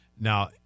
Now